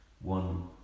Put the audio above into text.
one